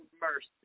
mercy